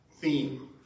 theme